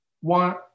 One